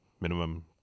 minimum